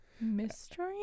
Mystery